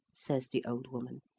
says the old woman.